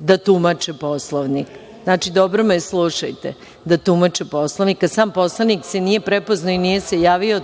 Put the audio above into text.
u tu situaciju.)Znači, dobro me slušajte – da tumače Poslovnik, a sam poslanik se nije prepoznao i nije se javio,